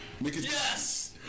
Yes